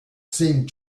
seemed